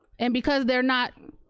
and because they're not